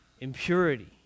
impurity